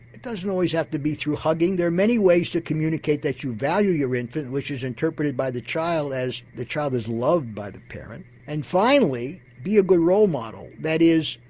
it doesn't always have to be through hugging. there are many ways to communicate that you value your infant, which is interpreted by the child as the child is loved by the parent. and finally, be a good role model, that is,